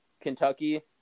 Kentucky